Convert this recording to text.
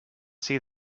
see